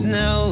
no